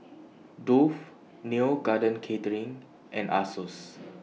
Dove Neo Garden Catering and Asos